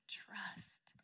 trust